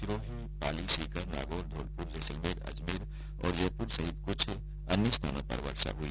सिरोही पाली सीकर नागौर धौलपुर जैसलमेर अजमेर और जयपुर सहित कुछ अन्य स्थानों पर वर्षा हुई